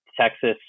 texas